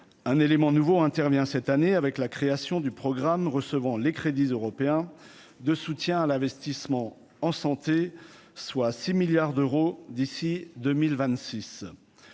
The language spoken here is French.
un élément nouveau intervient cette année avec la création du programme recevant les crédits européens de soutien à l'investissement en santé, soit 6 milliards d'euros d'ici 2000